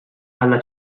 alla